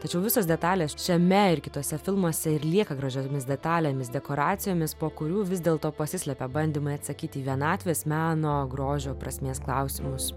tačiau visos detalės šiame ir kituose filmuose ir lieka gražiomis detalėmis dekoracijomis po kurių vis dėlto pasislepia bandymai atsakyti į vienatvės meno grožio prasmės klausimus